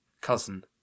Cousin